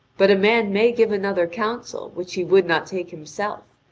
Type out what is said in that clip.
but a man may give another counsel, which he would not take himself,